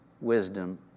wisdom